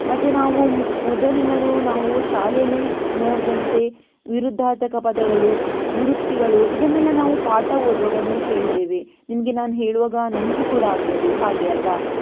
ಮತ್ತು ನಾವು ಮೊದಲಿಂದಲೂ ನಾವು ಶಾಲೆಯಲ್ಲಿ ನೋಡಿದಂತೆ ವಿರುದ್ಧಾರ್ಥಕ ಪದಗಳು ದ್ವಿರುಕ್ತಿಗಳು ಇದನ್ನೆಲ್ಲ ನಾವು ಪಾಠ ಓದುವಾಗಲೂ ಕೇಳಿದ್ದೇವೆ ನಿಮಗೆ ನಾನು ಹೇಳುವಾಗ ನೆನಪು ಕೂಡ ಆಗಬಹುದು ಹಾಗೆ ಅಲ್ವಾ